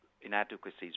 inadequacies